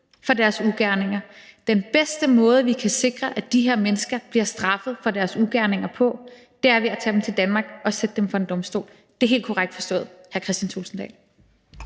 for deres ugerninger. Den bedste måde, vi kan sikre, at de her mennesker bliver straffet for deres ugerninger på, er ved at tage dem til Danmark og sætte dem for en domstol. Det er helt korrekt forstået, hr. Kristian Thulesen Dahl.